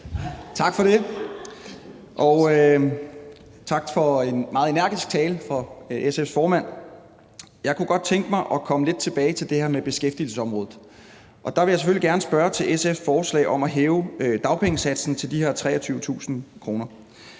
Tak for det, og tak for en meget energisk tale af SF's formand. Jeg kunne godt tænke mig at komme lidt tilbage til det her med beskæftigelsesområdet, og der vil jeg selvfølgelig gerne spørge til SF's forslag om at hæve dagpengesatsen til de her 23.000 kr.